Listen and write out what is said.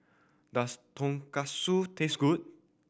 does Tonkatsu taste good